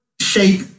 shape